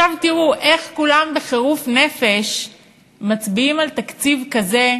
תראו איך כולם בחירוף נפש מצביעים על תקציב כזה,